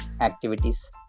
activities